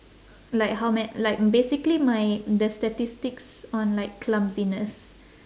like how ma~ like basically my the statistics on like clumsiness